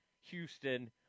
Houston